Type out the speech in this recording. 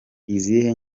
izihe